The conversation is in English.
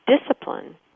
discipline